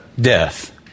death